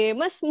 mas